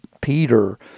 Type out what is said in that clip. Peter